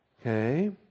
Okay